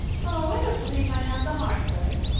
oh, i don't believe i'd have the heart for it.